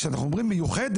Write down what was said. כשאנחנו אומרים מיוחדת,